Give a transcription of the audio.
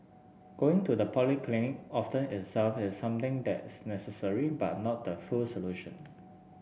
going to the polyclinic often itself is something that's necessary but not the full solution